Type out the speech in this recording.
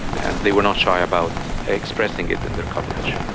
and they were not shy about expressing it in their coverage.